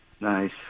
Nice